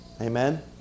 Amen